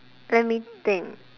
let me think